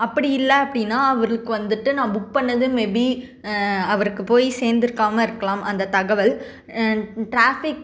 அப்படி இல்லை அப்படின்னா அவருக்கு வந்துவிட்டு நான் புக் பண்ணது மேபி அவருக்கு போய் சேர்ந்துருக்காம இருக்கலாம் அந்த தகவல் டிராஃபிக்